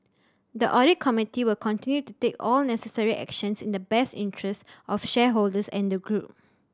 the audit committee will continue to take all necessary actions in the best interest of the shareholders and the group